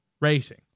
racing